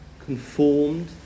conformed